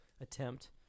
attempt